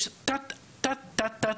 יש תת תחומים.